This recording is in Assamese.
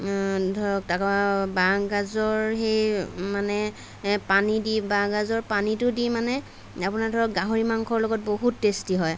ধৰক আকৌ বাঁহ গাজৰ সেই মানে পানী দি বাঁহ গাজৰ পানীটো দি মানে আপোনাৰ ধৰক গাহৰি মাংসৰ লগত বহুত টেষ্টি হয়